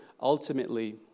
ultimately